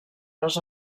les